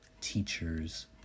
teachers